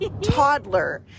toddler